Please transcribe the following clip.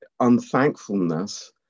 unthankfulness